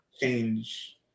change